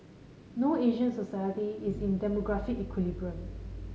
no Asian society is in demographic equilibrium